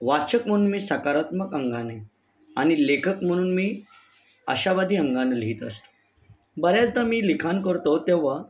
वाचक म्हणून मी सकारात्मक अंगाने आणि लेखक म्हणून मी अशावादी अंगाने लिहित असतो बऱ्याचदा मी लिखाण करतो तेव्हा